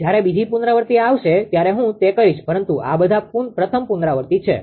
જ્યારે બીજી પુનરાવૃત્તિ આવશે ત્યારે હું તે કરીશ પરંતુ આ બધા પ્રથમ પુનરાવૃત્તિ છે